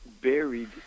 buried